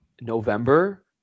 November